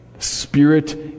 Spirit